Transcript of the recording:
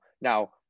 now